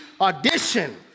audition